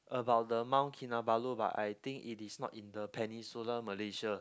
about the Mount Kinabalu but I think it is not in the Peninsular Malaysia